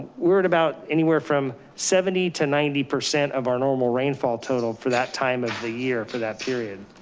we're at about anywhere from seventy to ninety percent of our normal rainfall total for that time of the year for that period.